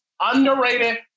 underrated